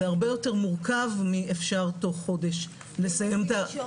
זה הרבה יותר מורכב מאפשר תוך חודש לסיים את זה.